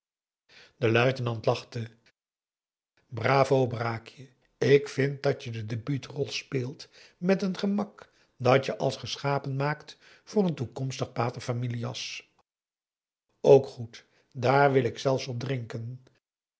de luitenant lachte bravo braakje ik vind dat je de debuut rol speelt met een gemak dat je als geschapen maakt voor een toekomstig p a t e r f a m i l i a s ook goed daar wil ik zelfs op drinken